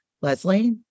Leslie